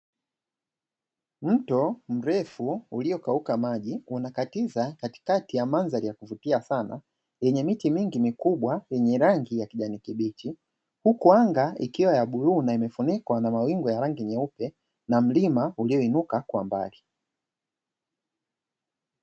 Mto mrefu uliokauka maji, unakatiza katikati ya mandhari ya kuvutia sana, yenye miti mingi mikubwa yenye rangi ya kijani kibichi, huku anga ikiwa ya bluu na imefunikwa na mawingu ya rangi nyeupe na mlima ulioinuka kwa mbali.